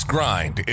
Grind